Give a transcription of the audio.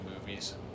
movies